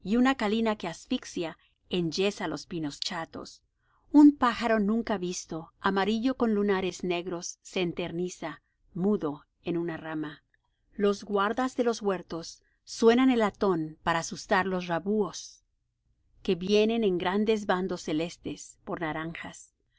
calina que asfixia enyesa los pinos chatos un pájaro nunca visto amarillo con lunares negros se eterniza mudo en una rama los guardas de los huertos suenan el latón para asustar los rabúos que vienen en grandes bandos celestes por naranjas